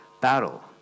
battle